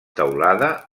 teulada